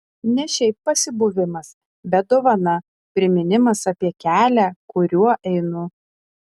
ne šiaip pasibuvimas bet dovana priminimas apie kelią kuriuo einu